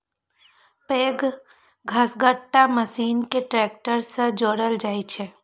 पैघ घसकट्टा मशीन कें ट्रैक्टर सं जोड़ल जाइ छै